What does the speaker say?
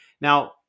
now